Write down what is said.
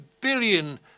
billion